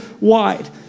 wide